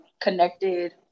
connected